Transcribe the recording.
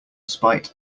spite